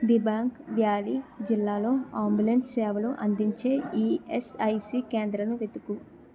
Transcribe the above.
Dibang valley జిల్లాలో ambulance సేవలు అందించే ఈఎస్ఐసి కేంద్రను వెతుకు